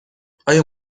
آیا